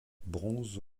bronze